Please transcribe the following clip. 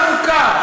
לא בטלפון,